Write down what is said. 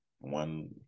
one